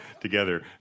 together